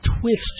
twist